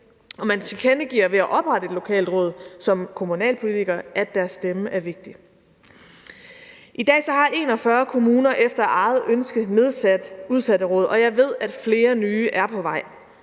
kommunalpolitiker ved at oprette et lokalt råd, at deres stemme er vigtig. I dag har 41 kommuner efter eget ønske nedsat udsatteråd, og jeg ved, at flere nye er på vej.